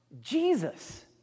Jesus